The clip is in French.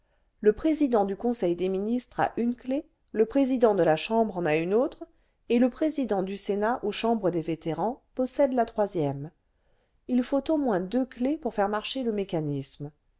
le président du conseil des ministres a une clef le président de la chambre en a une autre et le président du sénat ou chambre des vétérans possède la troisième il faut au moins deux clefs pour faire marcher le mécanisme